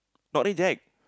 not reject